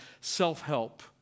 self-help